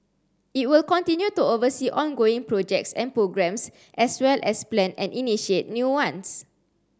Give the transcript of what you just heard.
it will continue to oversee ongoing projects and programmes as well as plan and initiate new ones